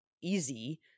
easy